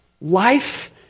life